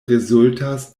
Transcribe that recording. rezultas